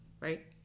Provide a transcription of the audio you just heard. Right